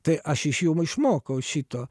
tai aš iš jų išmokau šito